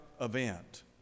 event